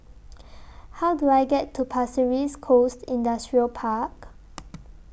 How Do I get to Pasir Ris Coast Industrial Park